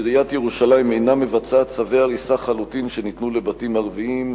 עיריית ירושלים אינה מבצעת צווי הריסה חלוטים שניתנו לבתים ערביים.